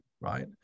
right